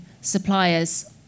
suppliers